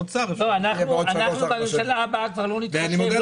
אנחנו בממשלה הבאה כבר לא נתחשב,